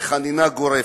וחנינה גורפת.